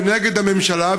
כנגד הממשלה,